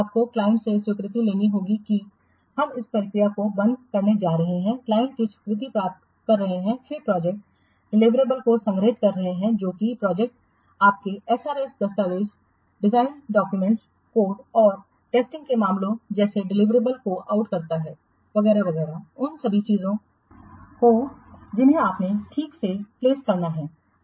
आपको क्लाइंट से स्वीकृति लेनी होगी कि हम इस प्रक्रिया को बंद करने जा रहे हैं क्लाइंट की स्वीकृति प्राप्त कर रहे हैं फिर प्रोजेक्ट डिलिवरेबल्स को संग्रहित कर रहे हैं जो भी प्रोजेक्ट आपके एसआरएस दस्तावेज़ डिज़ाइन दस्तावेज़ कोड और इस परीक्षण के मामलों जैसे डिलिवरेबल्स को आउट करता है वगैरह वगैरह उन सभी चीजों को जिन्हें आपने ठीक से आर्काइव करना है